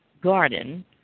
garden